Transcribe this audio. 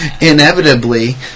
inevitably